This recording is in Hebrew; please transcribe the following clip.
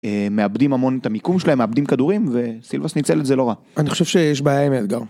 הם מאבדים המון את המיקום שלהם, מאבדים כדורים וסילבס ניצל את זה לא רע. אני חושב שיש בעיה עם האתגר.